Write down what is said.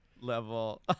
level